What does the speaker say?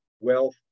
wealth